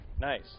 Nice